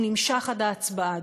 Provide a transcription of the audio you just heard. הוא נמשך עד ההצבעה,